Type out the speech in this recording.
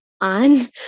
on